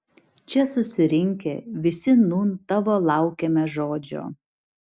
čia susirinkę visi nūn tavo laukiame žodžio